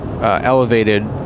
elevated